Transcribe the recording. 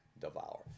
devour